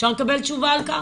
אפשר לקבל תשובה על כך?